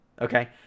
okay